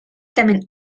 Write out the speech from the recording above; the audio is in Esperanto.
tamen